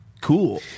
cool